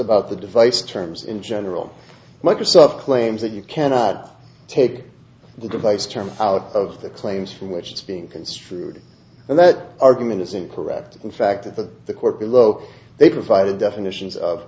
about the device terms in general microsoft claims that you cannot take the place term out of the claims from which it's being construed and that argument is incorrect in fact that the court below they provided definitions of